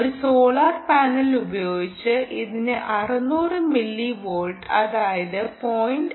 ഒരു solar cell ഉപയോഗിച്ച് ഇതിന് 600 മില്ലി വോൾട്ട് അതായത് 0